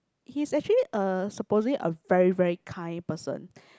he's actually a supposedly a very very kind person